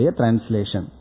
translation